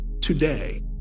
today